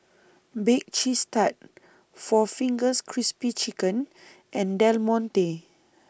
Bake Cheese Tart four Fingers Crispy Chicken and Del Monte